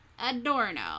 Adorno